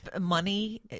Money